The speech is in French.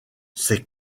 ces